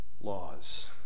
laws